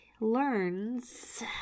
learns